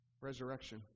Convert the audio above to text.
resurrection